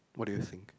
what do you think